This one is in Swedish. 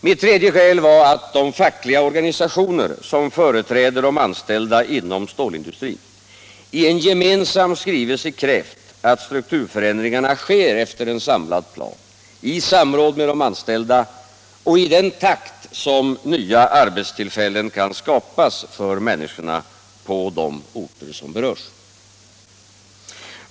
Mitt tredje skäl var att de fackliga organisationer, som företräder de anställda inom stålindustrin, i en gemensam skrivelse krävt att strukturförändringarna sker efter en samlad plan, i samråd med de anställda och i den takt som nya arbetstillfällen kan skapas för människorna på de berörda orterna.